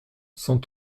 cent